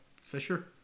Fisher